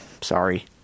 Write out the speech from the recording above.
Sorry